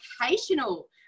educational